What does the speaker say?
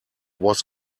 was